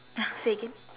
!huh! say again